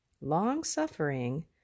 long-suffering